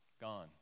Gone